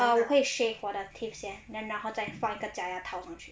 err 我会 shave 我的 teeth 先 then 然后再放一个假牙套上去